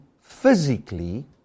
physically